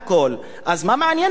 אז מה מעניין אותו, באמת?